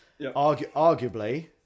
arguably